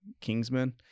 Kingsman